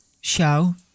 show